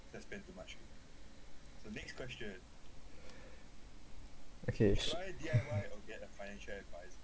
okay